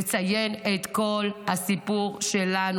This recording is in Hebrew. ולציין את כל הסיפור שלנו,